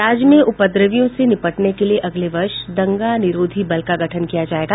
राज्य में उपद्रवियों से निपटने के लिए अगले वर्ष दंगा निरोधी बल का गठन किया जायेगा